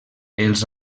els